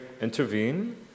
intervene